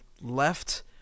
left